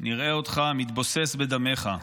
נראה אותך מתבוסס בדמיך.